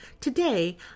Today